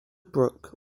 brooke